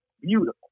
beautiful